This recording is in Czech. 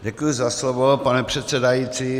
Děkuji za slovo, pane předsedající.